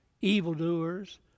evildoers